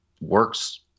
works